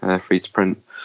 free-to-print